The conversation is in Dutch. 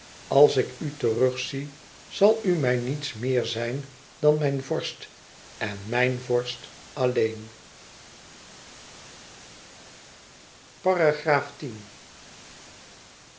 als ik u terug zie zal u mij niets meer zijn dan mijn vorst en mijn vorst alleen